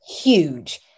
huge